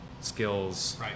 skills